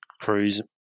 cruise